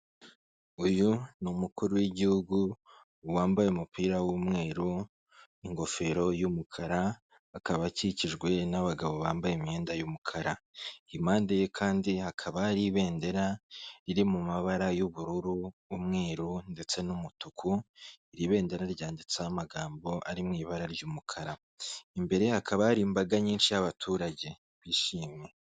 Uyu ni umukuru w'igihugu wambaye umupira w'umweru, ingofero y'umukara akaba akikijwe n'abagabo bambaye imyenda y'umukara, impande ye kandi hakaba hari ibendera riri mu mabara y'ubururu, umweru ndetse n'umutuku, iri bendera ryanditseho amagambo ari mu ibara ry'umukara, imbere hakaba hari imbaga nyinshi y'abaturage bishimye.